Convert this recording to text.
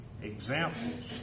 Examples